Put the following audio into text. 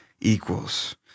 equals